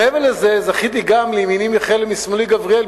מעבר לזה, זכיתי גם לימיני מיכאל ומשמאלי גבריאל.